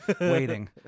Waiting